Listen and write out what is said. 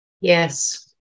Yes